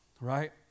right